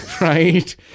Right